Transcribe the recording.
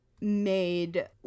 made